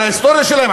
על ההיסטוריה שלהם,